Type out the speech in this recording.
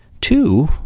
two